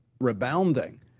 rebounding